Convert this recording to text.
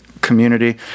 community